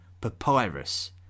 papyrus